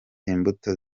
imbuto